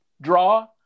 draw